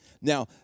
Now